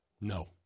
no